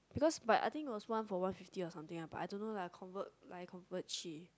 because but I think was one for one fifty or something ah but I don't know lah convert like convert